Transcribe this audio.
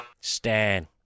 Stan